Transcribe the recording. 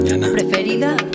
Preferida